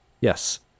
Yes